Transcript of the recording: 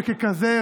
וככזה,